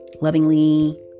lovingly